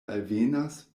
alvenas